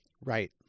Right